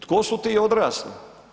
Tko su ti odrasli?